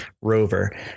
rover